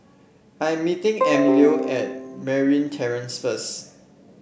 I am meeting Emilio at Merryn Terrace first